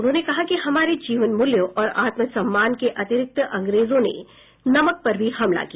उन्होंने कहा कि हमारे जीवन मूल्यों और आत्म सम्मान के अतिरिक्त अंग्रेजों ने नमक पर भी हमला किया